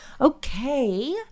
Okay